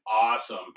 awesome